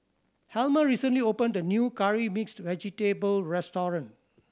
Helma recently opened a new Curry Mixed Vegetable restaurant